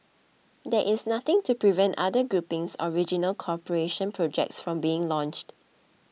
there is nothing to prevent other groupings or regional cooperation projects from being launched